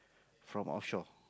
from offshore